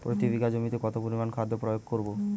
প্রতি বিঘা জমিতে কত পরিমান খাদ্য প্রয়োগ করব?